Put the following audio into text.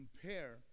compare